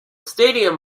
stadium